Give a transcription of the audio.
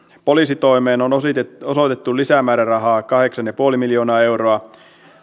poliisitoimeen on osoitettu osoitettu lisämäärärahaa kahdeksan pilkku viisi miljoonaa euroa